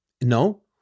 No